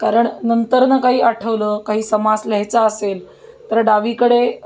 कारण नंतर ना काही आठवलं काही समास लिहायचा असेल तर डावीकडे